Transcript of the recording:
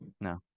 No